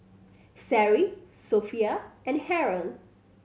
Seri Sofea and Haron